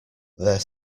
there